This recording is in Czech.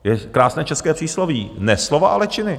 Je krásné české přísloví: Ne slova, ale činy.